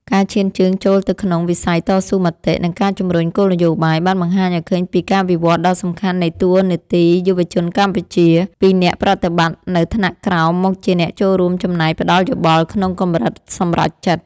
ការឈានជើងចូលទៅក្នុងវិស័យតស៊ូមតិ និងការជំរុញគោលនយោបាយ បានបង្ហាញឱ្យឃើញពីការវិវត្តដ៏សំខាន់នៃតួនាទីយុវជនកម្ពុជា ពីអ្នកប្រតិបត្តិនៅថ្នាក់ក្រោមមកជាអ្នកចូលរួមចំណែកផ្ដល់យោបល់ក្នុងកម្រិតសម្រេចចិត្ត។